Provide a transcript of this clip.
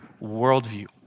worldview